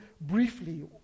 briefly